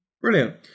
Brilliant